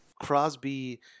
Crosby